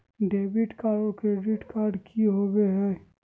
Debit card और credit card की होवे हय?